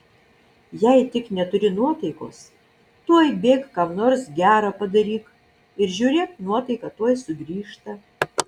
jei tik neturi nuotaikos tuoj bėk kam nors gera padaryk ir žiūrėk nuotaika tuoj sugrįžta